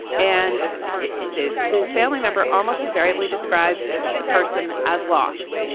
and the the family member almost invariably describes the person as lost,